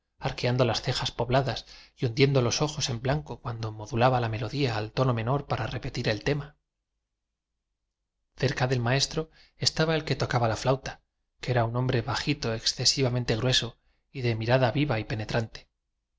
arqueando las cejas pobladas y hundien do los ojos en blanco cuando modulaba la melodía al tono menor para repetir el te ma cerca del maestro estaba el que to caba la flauta que era un hombre bajito excesivamente grueso y de mirada viva y penetrante